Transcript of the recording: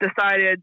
decided